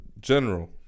general